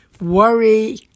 worry